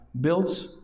built